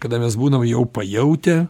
kada mes būnam jau pajautę